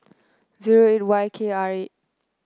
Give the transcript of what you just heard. zero A Y K R eight